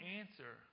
answer